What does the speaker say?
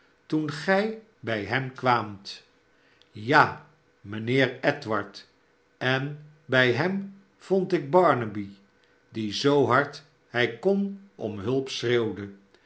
toen gij bij hem kwaamt ja mijnheer edward en bij hem vond ik barnaby die zoo hard hij kon om hulp schreeuwde